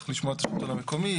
צריך לשמוע את השלטון המקומי,